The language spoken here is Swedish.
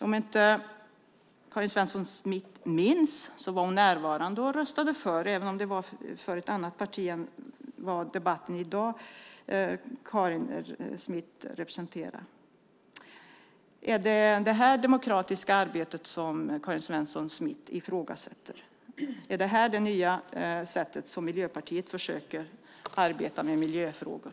Om inte Karin Svensson Smith minns så var hon närvarande och röstade för, även om det var för ett annat parti än det som hon i dag representerar i debatten. Är det detta demokratiska arbete som Karin Svensson Smith ifrågasätter? Är detta det nya sätt som Miljöpartiet försöker arbeta med i miljöfrågor?